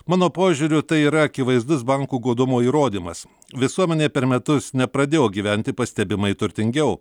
mano požiūriu tai yra akivaizdus bankų godumo įrodymas visuomenė per metus nepradėjo gyventi pastebimai turtingiau